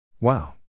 Wow